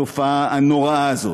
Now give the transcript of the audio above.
את התופעה הנוראה הזאת.